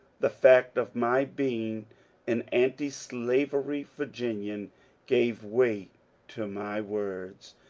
the fact of my being an antislavery virginian gave weight to my words,